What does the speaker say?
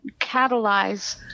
catalyze